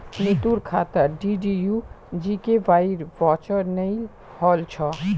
नीतूर खातात डीडीयू जीकेवाईर वाउचर चनई होल छ